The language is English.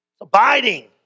Abiding